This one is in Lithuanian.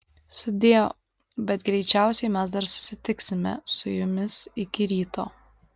sudieu bet greičiausiai mes dar susitiksime su jumis iki ryto